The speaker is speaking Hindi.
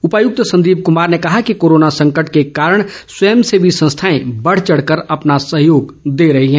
उपायुक्त संदीप कुमार ने कहा कि कोरोना संकट के दौरान स्वयं सेवी संस्थाए बढ़चढ़ कर अपना सहयोग दे रही हैं